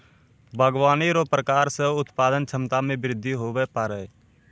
बागवानी रो प्रकार से उत्पादन क्षमता मे बृद्धि हुवै पाड़ै